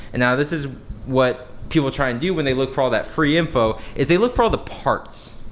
and now this is what people try and do when they look for all that free info, is they look for all the parts,